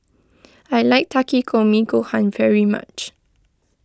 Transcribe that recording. I like Takikomi Gohan very much